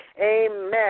Amen